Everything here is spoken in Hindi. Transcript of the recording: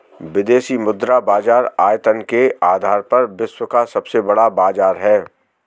विदेशी मुद्रा बाजार आयतन के आधार पर विश्व का सबसे बड़ा बाज़ार है